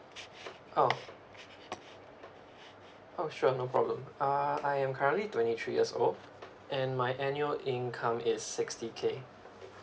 oh oh sure no problem uh I am currently twenty three years old and my annual income is sixty K